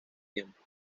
tiempo